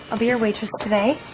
i'll be your waitress today.